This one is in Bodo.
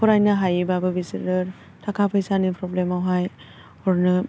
फरायनो हायोबाबो बिसोरो थाखा फैसानि प्रब्लेमावहाय हरनो